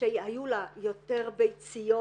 שהיו לה יותר ביציות,